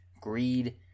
Greed